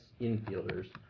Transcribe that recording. infielders